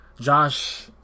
Josh